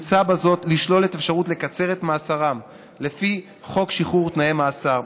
מוצע בזאת לשלול את האפשרות לקצר את מאסרם לפי חוק שחרור על תנאי ממאסר.